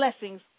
blessings